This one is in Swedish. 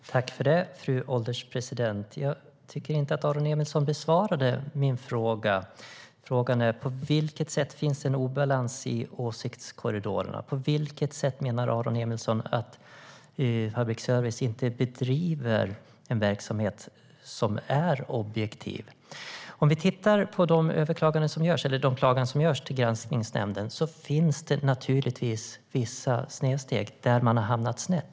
STYLEREF Kantrubrik \* MERGEFORMAT Radio och tv i allmänhetens tjänstNär vi tittar på de anmälningar som görs till Granskningsnämnden ser vi att det naturligtvis görs vissa snedsteg, att man har hamnat snett.